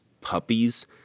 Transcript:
puppies